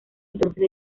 entonces